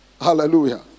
Hallelujah